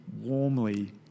warmly